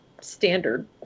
standard